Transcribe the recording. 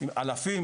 אלפים,